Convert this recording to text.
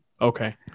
Okay